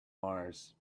mars